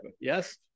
Yes